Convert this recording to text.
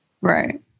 Right